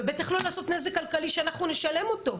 ובטח לא לעשות נזק כלכלי שאנחנו נשלם אותו.